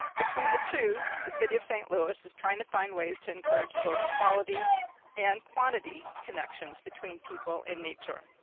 between the two, the city of st. louis is trying to find ways to encourage both quality and quantity connections between people and nature.